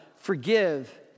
Forgive